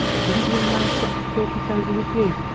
but didn't the young man stop to talk it over with you?